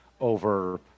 over